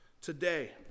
Today